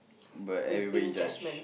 but everybody judge